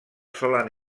solen